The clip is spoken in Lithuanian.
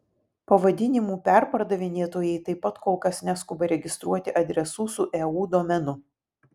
pavadinimų perpardavinėtojai taip pat kol kas neskuba registruoti adresų su eu domenu